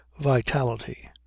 vitality